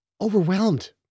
overwhelmed